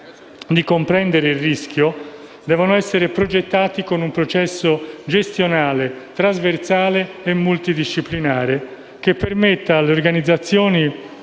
di comprendere il rischio, devono essere progettate con un processo gestionale trasversale e multidisciplinare, che permetta alle organizzazioni